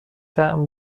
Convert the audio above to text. طعم